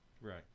Right